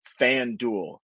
FanDuel